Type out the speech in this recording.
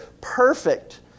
perfect